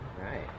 right